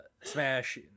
Smash